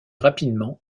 rapidement